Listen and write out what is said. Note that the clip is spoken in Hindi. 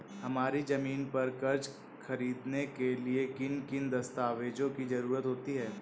हमारी ज़मीन पर कर्ज ख़रीदने के लिए किन किन दस्तावेजों की जरूरत होती है?